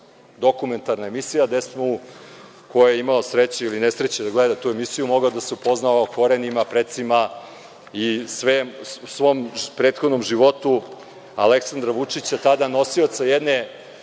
dokumentarna emisija, gde ko je imao sreće ili nesreće da gleda tu emisiju mogao je da se upozna o korenima, precima i svom prethodnom životu Aleksandra Vučića, tada nosioca jedne